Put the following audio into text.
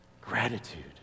Gratitude